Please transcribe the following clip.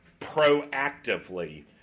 proactively